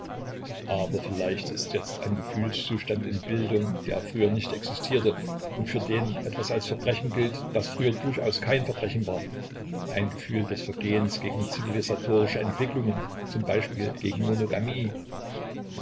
aber vielleicht ist jetzt ein gefühlszustand in bildung der früher nicht existierte und für den etwas als verbrechen gilt das früher durchaus kein verbrechen war ein gefühl des vergehens gegen zivilisatorische entwicklungen z b gegen monogamie